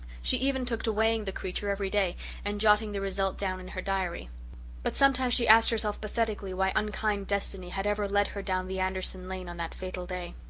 she even took to weighing the creature every day and jotting the result down in her diary but sometimes she asked herself pathetically why unkind destiny had ever led her down the anderson lane on that fatal day.